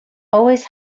always